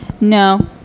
No